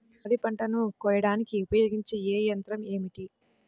వరిపంటను పంటను కోయడానికి ఉపయోగించే ఏ యంత్రం ఏమిటి?